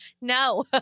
No